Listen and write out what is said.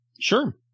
Sure